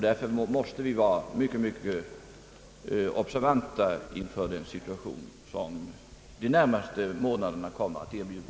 Därför måste vi vara mycket observanta inför den situation som de närmaste månaderna kommer att erbjuda.